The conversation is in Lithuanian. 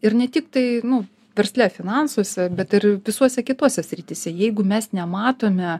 ir ne tik tai nu versle finansuose bet ir visuose kitose srityse jeigu mes nematome